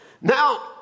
Now